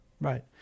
Right